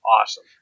awesome